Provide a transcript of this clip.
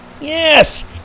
yes